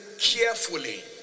carefully